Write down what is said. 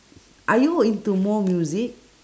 are you into more music